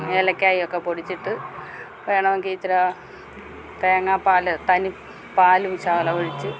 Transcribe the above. ഏലക്കായ്യൊക്കെ പൊടിച്ചിട്ട് വേണമെങ്കിൽ ഇച്ചരാ തേങ്ങാപ്പാൽ തനി പാലും ശകലം ഒഴിച്ച്